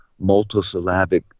multisyllabic